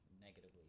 negatively